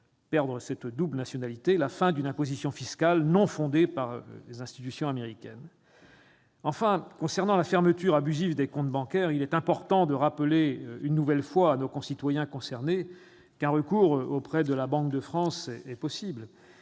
perte de leur double nationalité, la fin d'une imposition fiscale non fondée par les institutions américaines. Enfin, concernant la fermeture abusive des comptes bancaires, il est important de rappeler une nouvelle fois à nos concitoyens concernés qu'un recours auprès de la Banque de France est possible.